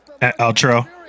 Outro